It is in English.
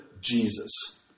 Jesus